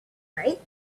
right